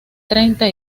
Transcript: treinta